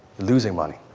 losing money.